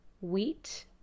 wheat